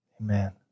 Amen